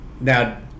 now